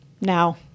now